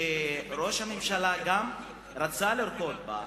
שראש הממשלה רצה לרקוד גם בה,